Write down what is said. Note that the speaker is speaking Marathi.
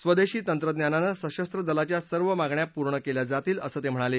स्वदेशी तंत्रज्ञानानं सशस्त्र दलाच्या सर्व मागण्या पुर्ण केल्या जातील असं ते म्हणाले